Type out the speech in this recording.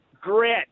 Grit